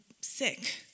sick